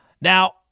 Now